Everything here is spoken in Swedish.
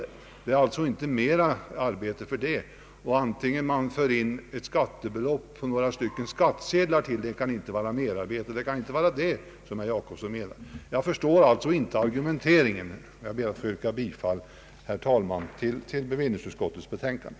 Det merarbete som uppkommer genom att man måste föra in ett skattebelopp på ytterligare några skattsedlar, kan inte heller vara det som herr Jacobsson menar. Jag förstår alltså inte argumenteringen. Herr talman! Jag ber att få yrka bifall till bevillningsutskottets betänkande.